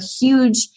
huge